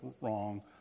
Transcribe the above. wrong